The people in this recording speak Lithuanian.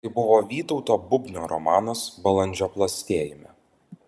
tai buvo vytauto bubnio romanas balandžio plastėjime